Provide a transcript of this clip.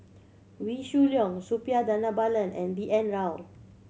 Wee Shoo Leong Suppiah Dhanabalan and B N Rao